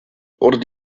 oder